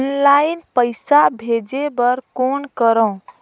Online पईसा भेजे बर कौन करव?